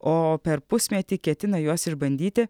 o per pusmetį ketina juos išbandyti